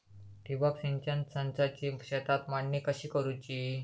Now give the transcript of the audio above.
ठिबक सिंचन संचाची शेतात मांडणी कशी करुची हा?